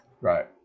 Right